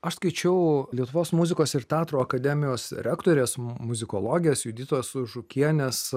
aš skaičiau lietuvos muzikos ir teatro akademijos rektorės muzikologės juditos žukienės